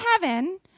heaven